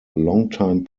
longtime